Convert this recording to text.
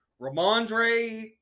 Ramondre